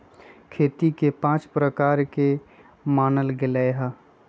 खेती के पाँच प्रकार के मानल गैले है